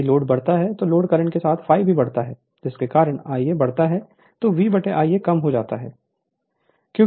यदि लोड बढ़ता है तो लोड करंट के साथ ∅ भी बढ़ता है जिसके कारण Ia बढ़ता है तो V Ia कम हो जाता है